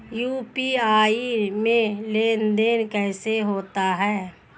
UPI में लेनदेन कैसे होता है?